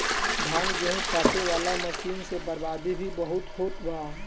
धान, गेहूं काटे वाला मशीन से बर्बादी भी बहुते होत बा